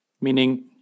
meaning